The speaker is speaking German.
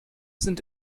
sind